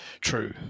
true